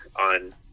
on